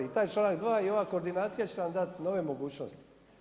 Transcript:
I taj članak 2. i ova koordinacija će nam dati nove mogućnosti.